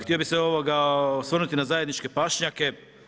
Htio bi se osvrnuti na zajedničke pašnjake.